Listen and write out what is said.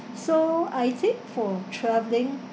so I think for travelling